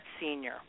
senior